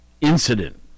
incident